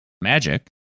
magic